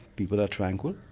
people are tranquil,